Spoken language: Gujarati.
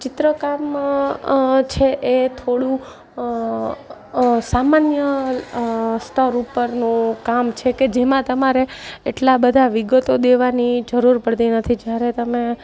ચિત્ર કામ છે એ થોડું સામાન્ય સ્તર ઉપરનું કામ છે કે જેમાં તમારે એટલા બધા વિગતો દેવાની જરૂર પડતી નથી જ્યારે તમે